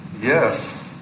Yes